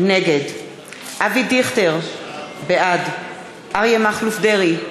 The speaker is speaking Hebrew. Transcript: נגד אבי דיכטר, בעד אריה מכלוף דרעי,